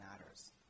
matters